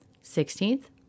Sixteenth